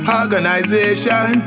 organization